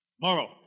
Morrow